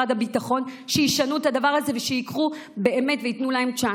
הביטחון ואמרתי להם שישנו את הדבר הזה ושייקחו באמת וייתנו להם צ'אנס.